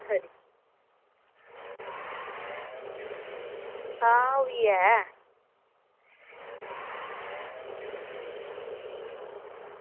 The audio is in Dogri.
आं ओह्बी ऐ